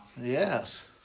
Yes